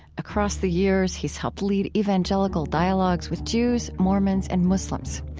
across the years, he's helped lead evangelical dialogues with jews, mormons, and muslims.